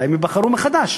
הרי הם ייבחרו מחדש.